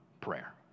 prayer